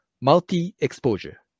multi-exposure